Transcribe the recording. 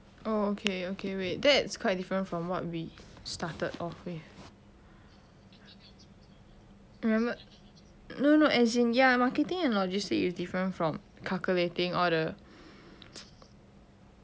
oh okay okay wait that's quite different from what we started off with remember no no as in ya marketing and logistic is different from calculating order